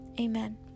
Amen